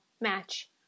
match